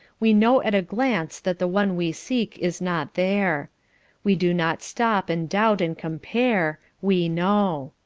we know at a glance that the one we seek is not there we do not stop, and doubt, and compare we know.